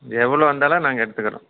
எவ்வளோ வந்தாலும் நாங்கள் எடுத்துக்கிறோம்